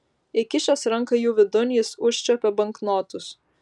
įkišęs ranką jų vidun jis užčiuopė banknotus